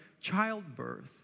childbirth